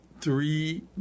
three